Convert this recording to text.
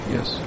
Yes